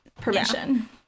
permission